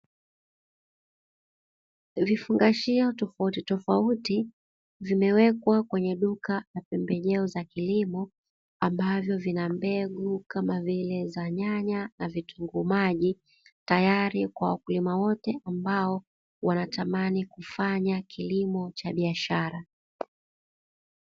Vifungashio tofauti tofauti vimewekwa kwenye duka la pembejeo za kilimo, ambazo zina mbegu kama vile za nyanya na vitunguu maji, tayari kwa wakulima wote ambao wanatamani kufanya kilimo cha biashara.